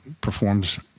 performs